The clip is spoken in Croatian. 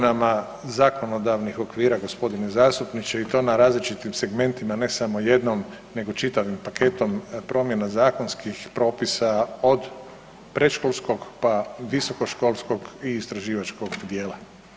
Promjenama zakonodavnih okvira gospodine zastupniče i to na različitim segmentima ne samo jednom nego čitavim paketom promjena zakonskih propisa od predškolskog, pa visokoškolskog i istraživačkog dijela.